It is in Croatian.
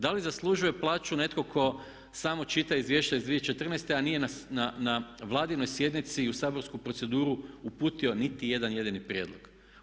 Da li zaslužuje plaću netko tko samo čita izvješće iz 2014. a nije na Vladinoj sjednici u saborsku proceduru uputio nitijedan jedini prijedlog?